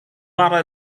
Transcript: para